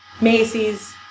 Macy's